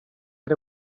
had